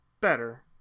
better